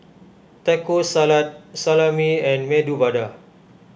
Taco Salad Salami and Medu Vada